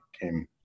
came